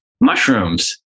mushrooms